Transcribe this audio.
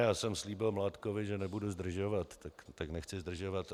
Já jsem slíbil Mládkovi, že nebudu zdržovat, tak nechci zdržovat.